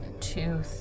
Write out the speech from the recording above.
two